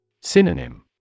Synonym